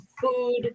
food